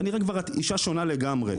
כנראה כבר את אישה שונה לגמרי,